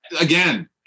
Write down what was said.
Again